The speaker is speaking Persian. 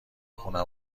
خونه